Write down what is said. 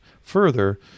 Further